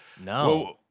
No